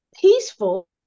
peaceful